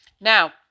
Now